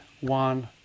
one